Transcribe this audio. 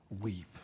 weep